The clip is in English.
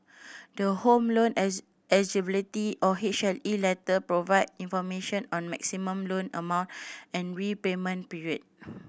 the Home Loan Eligibility or H L E letter provide information on maximum loan amount and repayment period